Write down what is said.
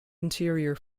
interior